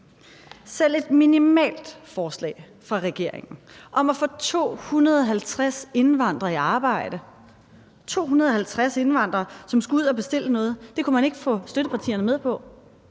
Selv et minimalt forslag fra regeringen om at få 250 indvandrere i arbejde – 250 indvandrere, som skulle ud at bestille noget – kunne man ikke få støttepartierne med på,